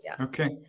Okay